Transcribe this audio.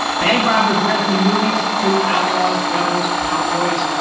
bank robbers wear them in movies so do outlaws, rebels, cowboys.